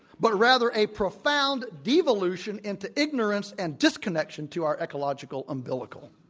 but rather a profound devolution into ignorance and disconnection to our ecological umbilical.